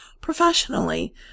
professionally